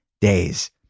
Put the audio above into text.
days